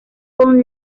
con